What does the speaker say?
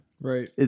Right